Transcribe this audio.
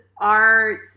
art